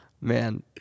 Man